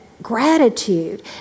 gratitude